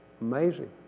Amazing